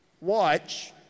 Watch